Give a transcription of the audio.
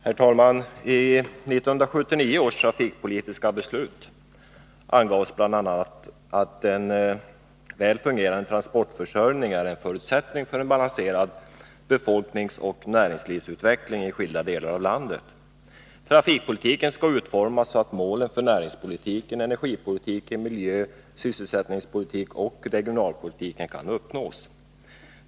Herr talman! I 1979 års trafikpolitiska beslut angavs bl.a. att en väl fungerande transportförsörjning är en förutsättning för en balanserad befolkningsoch näringslivsutveckling i skilda delar av landet. Trafikpolitiken skall därför utformas så att målen för näringspolitiken, energipolitiken, miljöpolitiken, sysselsättningspolitiken och regionalpolitiken kan uppnås.